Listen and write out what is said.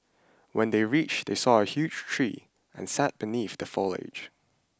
when they reached they saw a huge tree and sat beneath the foliage